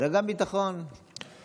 מביטחון לביטחון, העיקר הביטחון.